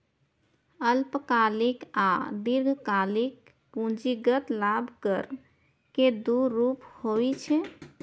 अल्पकालिक आ दीर्घकालिक पूंजीगत लाभ कर के दू रूप होइ छै